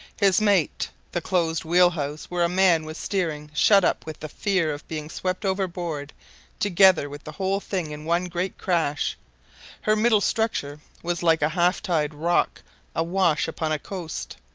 his mate, the closed wheelhouse where a man was steering shut up with the fear of being swept overboard together with the whole thing in one great crash her middle structure was like a half-tide rock awash upon a coast.